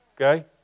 okay